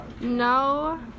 No